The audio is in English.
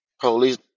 police